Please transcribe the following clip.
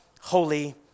holy